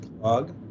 plug